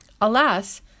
Alas